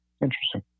Interesting